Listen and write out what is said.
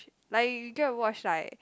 like you go and watch like